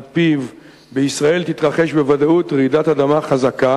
ועל-פיו בישראל תתרחש בוודאות רעידת אדמה חזקה